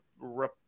rep